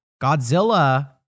Godzilla